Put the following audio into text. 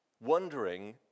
wondering